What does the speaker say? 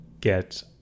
get